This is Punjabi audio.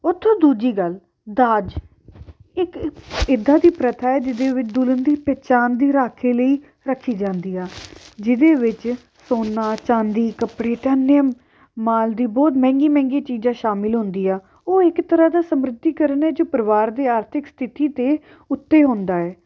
ਉੱਤੋਂ ਦੂਜੀ ਗੱਲ ਦਾਜ ਇੱਕ ਇੱਦਾਂ ਦੀ ਪ੍ਰਥਾ ਹੈ ਜਿਹਦੇ ਵਿੱਚ ਦੁਲਹਨ ਦੀ ਪਹਿਚਾਣ ਦੀ ਰਾਖੀ ਲਈ ਰੱਖੀ ਜਾਂਦੀ ਆ ਜਿਹਦੇ ਵਿੱਚ ਸੋਨਾ ਚਾਂਦੀ ਕੱਪੜੇ ਅਤੇ ਇੰਨੇ ਮਾਲ ਦੀ ਬਹੁਤ ਮਹਿੰਗੀ ਮਹਿੰਗੀਆਂ ਚੀਜ਼ਾਂ ਸ਼ਾਮਿਲ ਹੁੰਦੀ ਆ ਉਹ ਇੱਕ ਤਰ੍ਹਾਂ ਦਾ ਸਮਰਿਧੀਕਰਨ ਹੈ ਜੋ ਪਰਿਵਾਰ ਦੇ ਆਰਥਿਕ ਸਥਿਤੀ ਦੇ ਉੱਤੇ ਹੁੰਦਾ ਏ